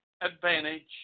advantage